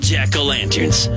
Jack-O-Lanterns